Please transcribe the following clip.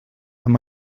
amb